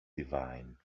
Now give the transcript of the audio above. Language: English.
divine